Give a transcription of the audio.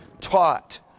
taught